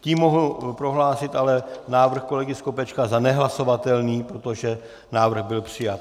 Tím mohu prohlásit ale návrh kolegy Skopečka za nehlasovatelný, protože návrh byl přijat.